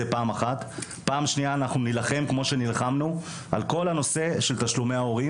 אנחנו נילחם על כל הנושא של תשלומי ההורים,